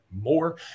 more